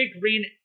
Green